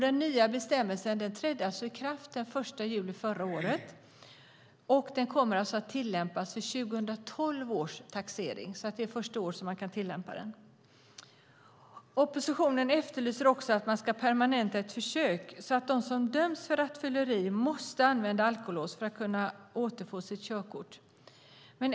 Den nya bestämmelsen trädde i kraft den 1 juli förra året, och den kommer att tillämpas vid 2012 års taxering. Det är alltså först då man kan tillämpa den. Oppositionen efterlyser också att man ska permanenta ett försök så att de som döms för rattfylleri måste använda alkolås för att kunna återfå sitt körkort.